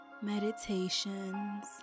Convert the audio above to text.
meditations